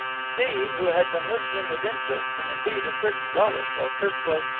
steve, who had been listening with interest, and indeed, a certain relish while kirk was,